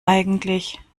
eigentlich